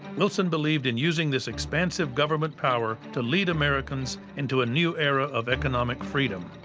wilson believed in using this expansive government power to lead americans into a new era of economic freedom.